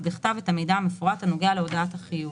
בכתב את המידע המפורט הנוגע להודעת החיוב."